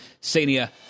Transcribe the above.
senior